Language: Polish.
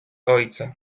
ojca